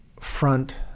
front